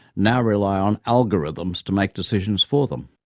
now rely on algorithms to make decisions for them.